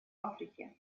африке